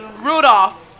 Rudolph